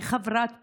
היא חברת פרלמנט,